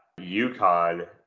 UConn